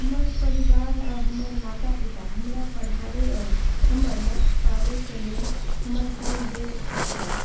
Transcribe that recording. हमर परिवार आ हमर माता पिता हमरा पढ़ाबय आओर हमर लक्ष्य पाबयके लेल हमर सङ्ग दैत छथि